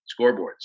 scoreboards